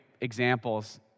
examples